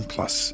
Plus